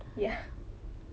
ya